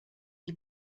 die